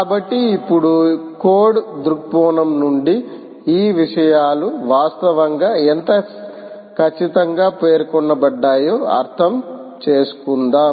కాబట్టి ఇప్పుడు కోడ్ దృక్కోణం నుండి ఈ విషయాలు వాస్తవంగా ఎంత ఖచ్చితంగా పేర్కొనబడ్డాయో అర్థం చేసుకుందాం